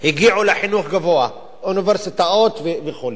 הגיעו לחינוך גבוה, לאוניברסיטאות וכו',